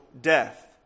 death